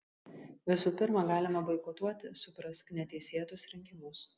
visų pirma galima boikotuoti suprask neteisėtus rinkimus